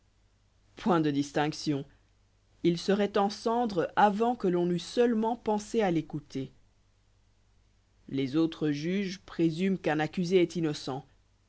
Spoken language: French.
point de distinction il seroit en cendres avant que l'on eût seulement pensé à l'écouter les autres juges présument qu'un accusé est innocent